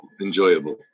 enjoyable